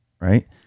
right